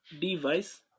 device